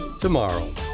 tomorrow